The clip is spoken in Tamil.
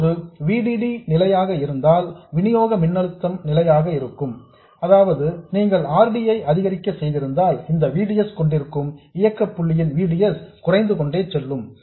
இப்போது V D D நிலையாக இருந்தால் வினியோக மின்னழுத்தம் நிலையாக இருந்தால் நீங்கள் R D ஐ அதிகரிக்க செய்திருந்தால் இந்த V D S கொண்டிருக்கும் இயக்கப் புள்ளியின் V D S குறைந்துகொண்டே செல்லும்